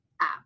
app